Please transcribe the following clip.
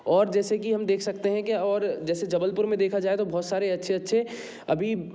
और जैसे कि हम देख सकते हैं कि और जैसे जबलपुर में देखा जाए तो बहुत सारे अच्छे अच्छे अभी